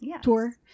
tour